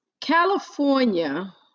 California